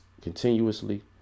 continuously